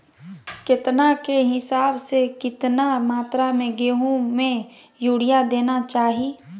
केतना के हिसाब से, कितना मात्रा में गेहूं में यूरिया देना चाही?